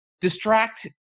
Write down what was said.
distract